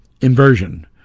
inversion